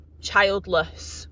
childless